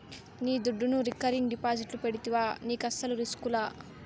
నీ దుడ్డును రికరింగ్ డిపాజిట్లు పెడితివా నీకస్సలు రిస్కులా